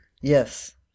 Yes